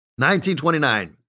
1929